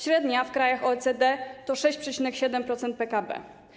Średnia w krajach OECD to 6,7% PKB.